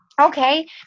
Okay